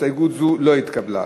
הסתייגות זו לא התקבלה.